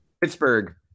Pittsburgh